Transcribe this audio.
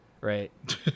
right